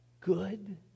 Good